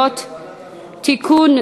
כי בסופו של דבר בשביל זה יש שעון.